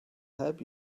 help